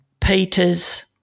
Peter's